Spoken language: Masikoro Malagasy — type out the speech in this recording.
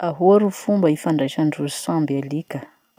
Ahoa ro fomba ifandraisandrozy samby alika?